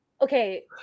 Okay